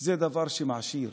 הן דבר שמעשיר,